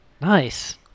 Nice